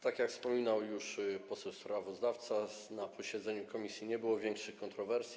Tak jak już wspominał poseł sprawozdawca, na posiedzeniu komisji nie było większych kontrowersji.